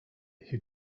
who